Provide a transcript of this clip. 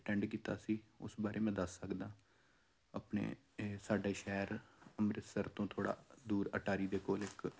attend ਕੀਤਾ ਸੀ ਉਸ ਬਾਰੇ ਮੈਂ ਦੱਸ ਸਕਦਾ ਆਪਣੇ ਇਹ ਸਾਡਾ ਸ਼ਹਿਰ ਅੰਮ੍ਰਿਤਸਰ ਤੋਂ ਥੋੜ੍ਹਾ ਦੂਰ ਅਟਾਰੀ ਦੇ ਕੋਲ ਇੱਕ